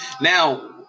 Now